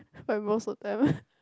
most of the time